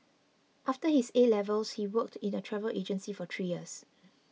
after his A levels he worked in a travel agency for three years